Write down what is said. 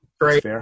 Great